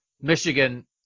michigan